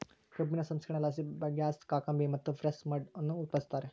ಕಬ್ಬಿನ ಸಂಸ್ಕರಣೆಲಾಸಿ ಬಗ್ಯಾಸ್, ಕಾಕಂಬಿ ಮತ್ತು ಪ್ರೆಸ್ ಮಡ್ ಅನ್ನು ಉತ್ಪಾದಿಸುತ್ತಾರೆ